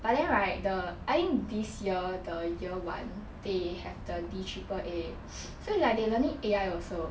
but then right the I think this year the year one they have the D triple A so like they learning A_I also